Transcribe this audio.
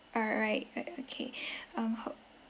alright uh okay um hope